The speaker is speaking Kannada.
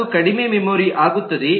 ಅದು ಕಡಿಮೆ ಮೆಮೊರಿ ಆಗುತ್ತದೆ